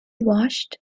washed